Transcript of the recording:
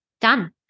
done